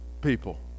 people